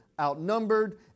outnumbered